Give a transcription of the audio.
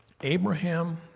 Abraham